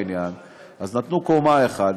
אז נתנו קומה אחת,